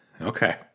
Okay